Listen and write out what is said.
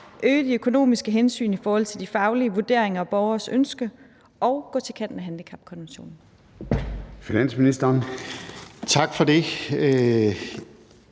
øge de økonomiske hensyn i forhold til de faglige vurderinger og borgerens ønsker og gå til kanten af handicapkonventionen? Skriftlig begrundelse Der